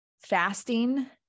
Fasting